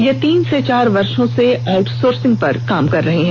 ये तीन से चार वर्षो से आउटसोसिंग पर काम कर रहे हैं